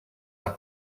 our